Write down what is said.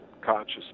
conscious